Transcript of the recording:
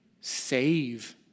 save